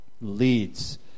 leads